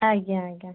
ଆଜ୍ଞା ଆଜ୍ଞା